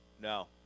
No